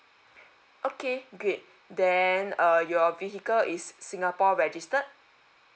okay great then uh your vehicle is singapore registered